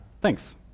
Thanks